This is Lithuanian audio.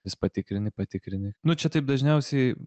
vis patikrini patikrini nu čia taip dažniausiai